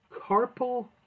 Carpal